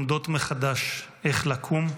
ולומדות מחדש איך לקום,